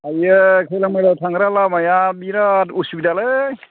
आयै खैला मैलायाव थांग्रा लामाया बिराद असुबिदालै